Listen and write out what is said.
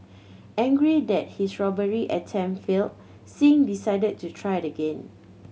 angry that his robbery attempt failed Singh decided to try again